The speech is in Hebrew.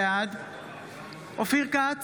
בעד אופיר כץ,